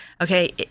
Okay